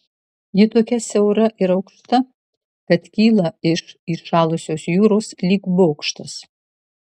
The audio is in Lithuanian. ji tokia siaura ir aukšta kad kyla iš įšalusios jūros lyg bokštas